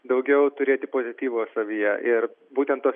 daugiau turėti pozityvo savyje ir būtent tos